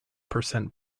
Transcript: percent